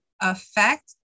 affect